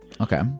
Okay